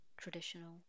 traditional